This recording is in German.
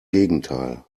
gegenteil